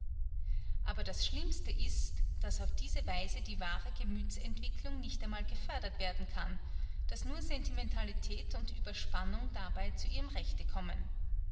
aber das schlimmste ist daß auf diese weise die wahre gemüthsentwicklung nicht einmal gefördert werden kann daß nur sentimentalität und ueberspannung dabei zu ihrem rechte kommen